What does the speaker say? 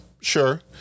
Sure